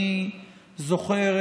אני זוכר,